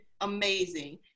amazing